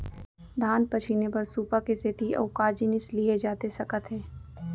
धान पछिने बर सुपा के सेती अऊ का जिनिस लिए जाथे सकत हे?